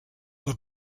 were